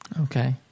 Okay